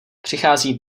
přichází